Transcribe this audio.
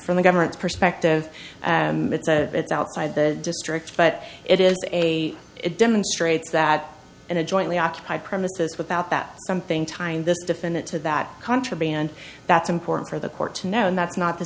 from the government's perspective and it's a it's outside the district but it is a it demonstrates that in a jointly occupied premises without that something tying this defendant to that contraband that's important for the court to know and that's not the